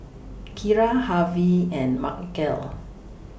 Kira Harvie and Markell